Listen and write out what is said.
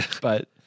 but-